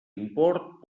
import